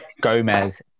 Gomez